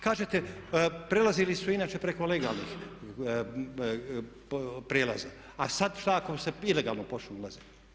Kažete prelazili su inače preko legalnih prijelaza, a sad šta ako se ilegalno počnu ulaziti.